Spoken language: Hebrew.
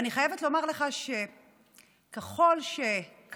אני חייבת לומר לך שככל שקראתי